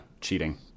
cheating